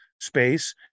space